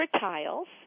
tiles